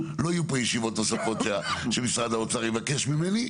לא יהיו פה ישיבות נוספות שמשרד האוצר יבקש ממני.